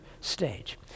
stage